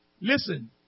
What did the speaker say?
Listen